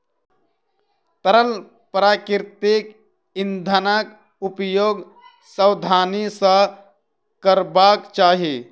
तरल प्राकृतिक इंधनक उपयोग सावधानी सॅ करबाक चाही